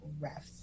refs